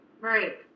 Right